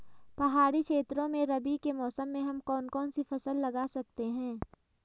पहाड़ी क्षेत्रों में रबी के मौसम में हम कौन कौन सी फसल लगा सकते हैं?